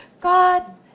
God